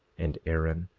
and aaron,